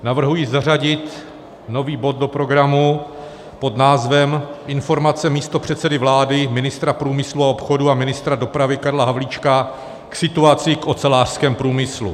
Navrhuji zařadit nový bod do programu pod názvem Informace místopředsedy vlády, ministra průmyslu a obchodu a ministra dopravy Karla Havlíčka k situaci v ocelářském průmyslu.